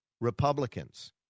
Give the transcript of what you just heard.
Republicans